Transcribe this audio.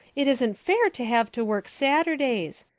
it isn't fair to have to work saturdays.